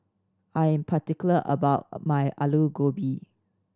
I am particular about my Aloo Gobi